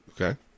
Okay